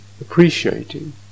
appreciating